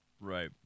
Right